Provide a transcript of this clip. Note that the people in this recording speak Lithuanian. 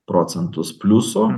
procentus pliuso